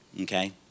okay